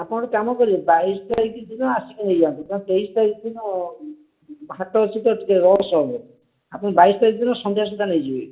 ଆପଣ ଗୋଟେ କାମ କରିବେ ବାଇଶ ତାରିଖ ଦିନ ଆସିକି ନେଇ ଯାଆନ୍ତୁ କାରଣ ତେଇଶ ତାରିଖ ଦିନ ହାଟ ଅଛି ତ ଟିକେ ରସ୍ ହବ ଆପଣ ବାଇଶ ତାରିଖ ଦିନ ସନ୍ଧ୍ୟା ସୁଦ୍ଧା ନେଇଯିବେ